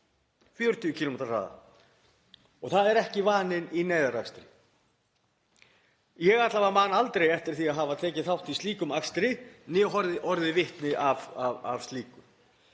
40 km hraða — og það er ekki vaninn í neyðarakstri. Ég man alla vega aldrei eftir því að hafa tekið þátt í slíkum akstri eða að hafa orðið vitni að slíku.